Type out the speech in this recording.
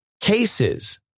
cases